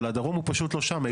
אבל הדרום הוא פשוט לא שם.